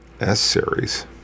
S-series